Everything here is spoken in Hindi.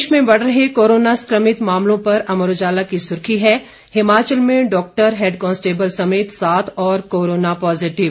प्रदेश में बढ़ रहे कोरोना संक्रमित मामलों अमर उजाला की सुर्खी है हिमाचल में डॉक्टर हेड कांस्टेबल समेत सात और कोरोना पॉजिटिव